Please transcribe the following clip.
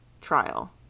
trial